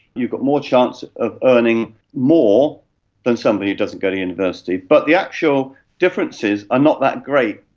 you've got more chance of earning more than someone who doesn't go to university. but the actual differences are not that great.